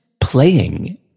playing